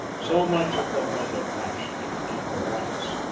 so much of the mother-passion, if not the wife's,